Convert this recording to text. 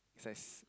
it's like